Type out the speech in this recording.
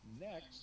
Next